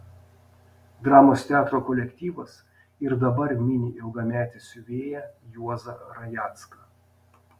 dramos teatro kolektyvas ir dabar mini ilgametį siuvėją juozą rajecką